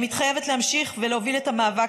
אני מתחייבת להמשיך ולהוביל את המאבק